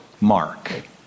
mark